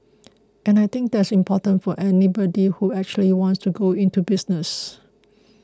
and I think that is very important for anybody who actually wants to go into business